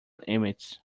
emits